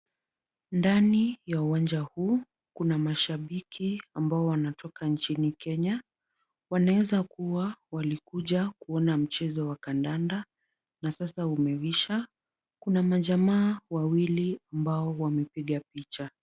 Ndani ya uwanja huu kuna mashabiki ambao wanatoka nchini Kenya, wanawezakuwa walikuja kuona mchezo wa kandanda na sasa umeisha, kuna majamaa wawili ambao wamepiga picha.